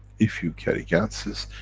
if you carry ganses,